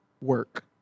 work